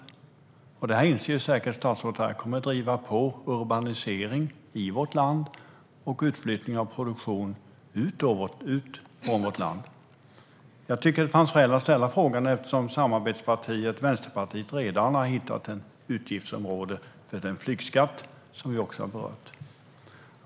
Statsrådet inser säkert att detta kommer att driva på urbaniseringen i vårt land och utflyttningen av produktion ur vårt land. Jag tycker att det fanns skäl att ställa frågan eftersom samarbetspartiet Vänsterpartiet redan har hittat ett utgiftsområde för den flygskatt som vi också har berört.